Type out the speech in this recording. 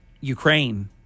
Ukraine